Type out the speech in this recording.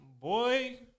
boy